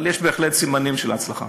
אבל יש בהחלט סימנים של הצלחה.